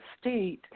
state –